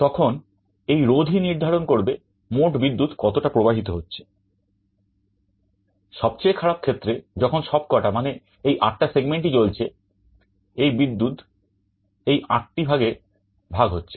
তখন এই রোধই নির্ধারণ করবে মোট বিদ্যুৎ কতটা প্রবাহিত হচ্ছে সবচেয়ে খারাপ ক্ষেত্রে যখন সব কটা মানে এই আটটা সেগমেন্টই জ্বলছে এই বিদ্যুৎ এই 8 টি ভাগে ভাগ হচ্ছে